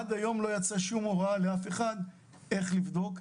עד היום לא יצאה שום הוראה לאף אחד איך לבדוק,